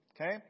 okay